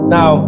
Now